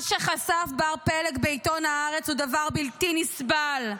מה שחשף בר פלג בעיתון הארץ הוא דבר בלתי נסבל: